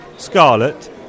Scarlet